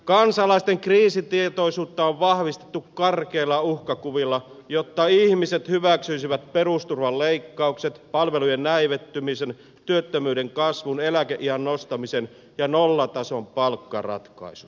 kansalaisten kriisitietoisuutta on vahvistettu karkeilla uhkakuvilla jotta ihmiset hyväksyisivät perusturvan leikkaukset palvelujen näivettymisen työttömyyden kasvun eläkeiän nostamisen ja nollatason palkkaratkaisut